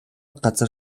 газар